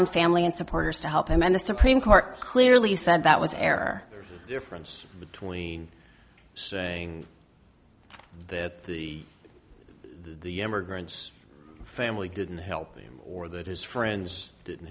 on family and supporters to help him and the supreme court clearly said that was error difference between saying that the the emigrant's family didn't help him or that his friends didn't